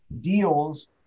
deals